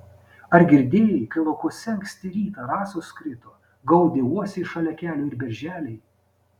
ar girdėjai kai laukuose anksti rytą rasos krito gaudė uosiai šalia kelio ir berželiai